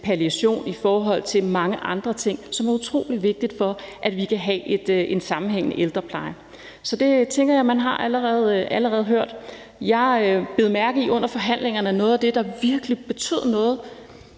palliation, i forhold til mange andre ting, som er utrolig vigtige, for at vi kan have en sammenhængende ældrepleje. Så det tænker jeg at man allerede har hørt. Jeg bed mærke i under forhandlingerne, at noget af det, der virkelig betød noget